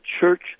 church